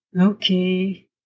Okay